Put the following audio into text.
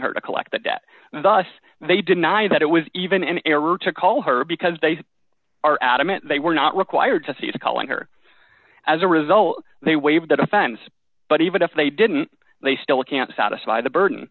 her to collect the debt thus they deny that it was even an error to call her because they are adamant they were not required to see to calling her as a result they waive that offense but even if they didn't they still can't satisfy the burden